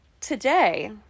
today